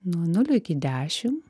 nuo nulio iki dešim